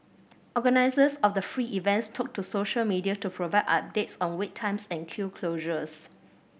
organisers of the free events took to social media to provide updates on wait times and queue closures